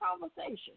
conversation